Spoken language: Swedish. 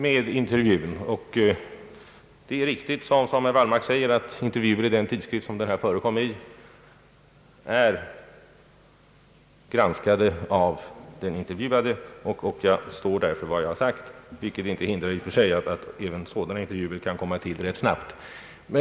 Det är riktigt som herr Wallmark sade att intervjuer i den tidskrift där den omnämnda intervjun förekom är granskade av den intervjuade, och jag står för vad jag har sagt, vilket i och för sig inte hindrar att även sådana intervjuer kan komma till rätt snabbt.